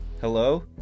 Hello